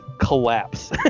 collapse